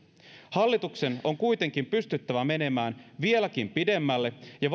hallituksen on kuitenkin pystyttävä menemään vieläkin pidemmälle ja